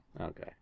Okay